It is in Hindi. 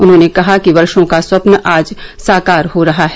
उन्होंने कहा कि वर्षो का स्वस्न आज साकार हो रहा है